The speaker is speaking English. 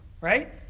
Right